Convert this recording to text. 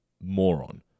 moron